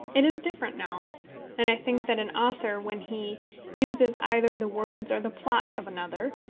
it is different now and i think that an author, when he uses either the words or the plot of another,